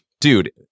dude